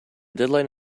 deadline